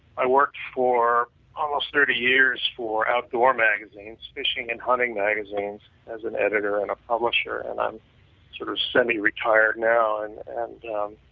i worked for almost thirty years for outdoor magazines, fishing and hunting magazines as an editor and publisher. and i'm sort of suddenly retired now and